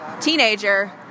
teenager